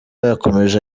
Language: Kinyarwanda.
yakomeje